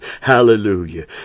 Hallelujah